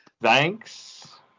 thanks